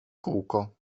kółko